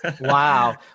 Wow